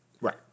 Right